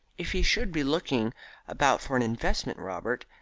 if he should be looking about for an investment. robert,